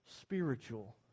spiritual